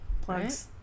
plugs